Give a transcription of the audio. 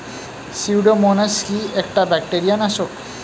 Pseudomonas কি একটা bacteria নাশক?